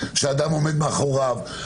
שאדם עומד מאחוריו?